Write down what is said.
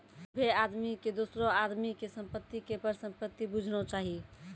सभ्भे आदमी के दोसरो आदमी के संपत्ति के परसंपत्ति बुझना चाही